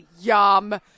Yum